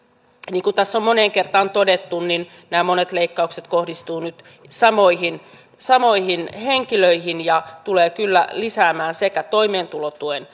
niin kuin tässä on moneen kertaan todettu nämä monet leikkaukset kohdistuvat nyt samoihin samoihin henkilöihin ja tulevat kyllä lisäämään sekä toimeentulotuen